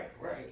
right